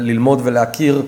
ללמוד להכיר,